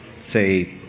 say